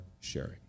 sharing